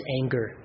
anger